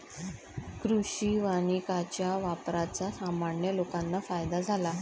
कृषी वानिकाच्या वापराचा सामान्य लोकांना फायदा झाला